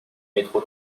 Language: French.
métro